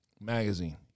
magazine